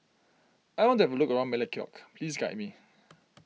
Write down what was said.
I want to have a look around Melekeok please guide me